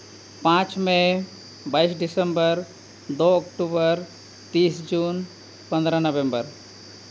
ᱯᱟᱸᱪ ᱢᱮ ᱵᱟᱹᱭᱤᱥ ᱰᱤᱥᱮᱢᱵᱚᱨ ᱫᱩ ᱚᱠᱴᱳᱵᱚᱨ ᱛᱤᱥ ᱡᱩᱱ ᱯᱚᱸᱫᱽᱨᱚ ᱱᱚᱵᱷᱮᱢᱵᱚᱨ